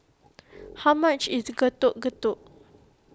how much is Getuk Getuk